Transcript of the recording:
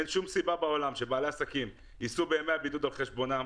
אין שום סיבה בעולם שבעלי העסקים יישאו בימי הבידוד על חשבונם.